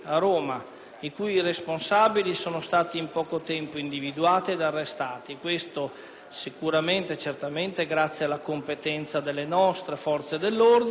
i cui responsabili sono stati in poco tempo individuati ed arrestati, sicuramente grazie alla competenza delle nostre forze dell'ordine, ma